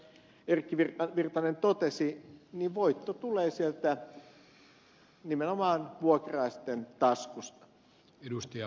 erkki virtanen totesi että voitto tulee nimenomaan sieltä vuokralaisten taskusta